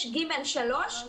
ב-(5)(ג3).